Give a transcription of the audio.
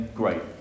great